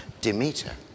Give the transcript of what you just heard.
Demeter